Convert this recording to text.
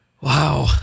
Wow